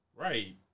Right